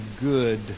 good